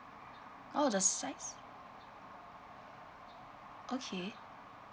oh the sides okay